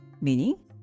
meaning